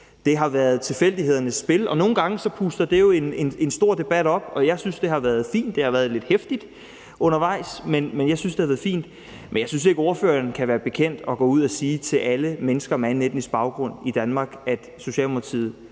Det har været tilfældighedernes spil. Og nogle gange puster det jo en stor debat op, og jeg synes, det har været fint. Det har været lidt heftigt undervejs, men jeg synes, det har været fint. Men jeg synes ikke, ordføreren kan være bekendt at gå ud og sige til alle mennesker med anden etnisk baggrund i Danmark, at Socialdemokratiet